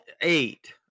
eight